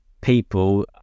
people